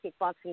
kickboxing